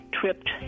tripped